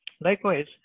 Likewise